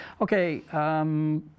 okay